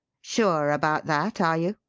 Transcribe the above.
sure about that, are you?